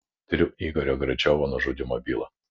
tiriu igorio gračiovo nužudymo bylą